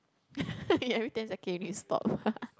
you every ten second you need to stop